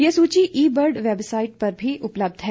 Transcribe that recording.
ये सूची e bird website पर भी उपलब्ध है